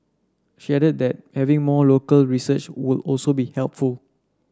she added that having more local research would also be helpful